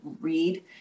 read